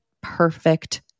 perfect